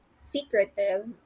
secretive